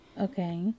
okay